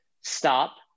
Stop